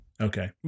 Okay